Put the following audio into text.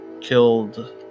killed